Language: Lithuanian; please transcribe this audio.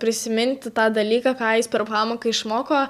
prisiminti tą dalyką ką jis per pamoką išmoko